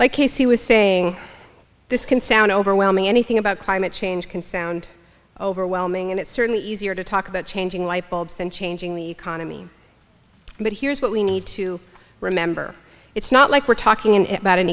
like casey was saying this can sound overwhelming anything about climate change can sound overwhelming and it's certainly easier to talk about changing light bulbs than changing the economy but here's what we need to remember it's not like we're talking in about an